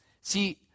See